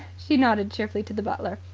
she nodded cheerfully to the butler.